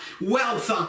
wealth